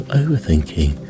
overthinking